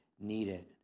needed